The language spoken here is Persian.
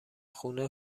خونه